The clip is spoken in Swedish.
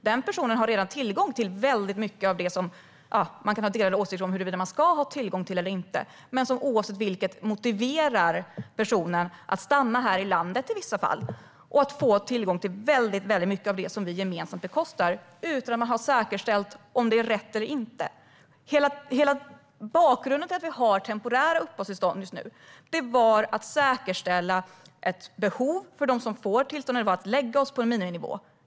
Den personen har redan tillgång till väldigt mycket av det som man kan ha delade åsikter om huruvida man ska ha tillgång till eller inte men som oavsett vilket i vissa fall motiverar personen att stanna här i landet och få tillgång till väldigt mycket av det som vi gemensamt bekostar utan att man har säkerställt om det är rätt eller inte. Hela bakgrunden till att vi har temporära uppehållstillstånd just nu var att fastställa ett behov hos dem som får tillståndet och lägga oss på en miniminivå.